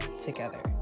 together